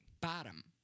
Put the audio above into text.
bottom